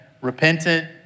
repentant